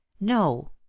no